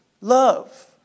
love